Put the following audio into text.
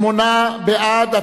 שמונה בעד.